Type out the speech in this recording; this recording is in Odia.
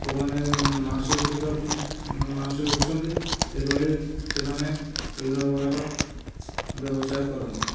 କେଉଁମାନେ ବି ମାଂସ ବିକ୍ରି ମାଂସ ବିକୁଛନ୍ତି ଏହିଭଳି ସେମାନେ ବିଭିନ୍ନ ପ୍ରକାରର ବ୍ୟବସାୟ କରନ୍ତି